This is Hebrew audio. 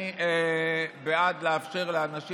שאני בעד לאפשר לאנשים